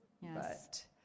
Yes